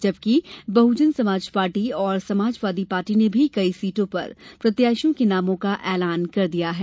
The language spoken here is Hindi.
जबकि बहजन समाज पार्टी और समाजवादी पार्टी ने भी कई सीटों पर प्रत्याशियों के नामों का एलान कर दिया है